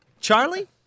Charlie